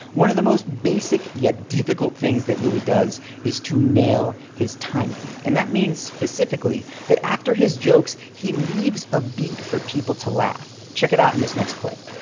one of the most basic yet difficult things that louis does is to nail his timing and that means, specifically, that after his jokes, he leaves a beat for people to laugh. check it out in this next clip.